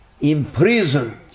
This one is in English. imprisoned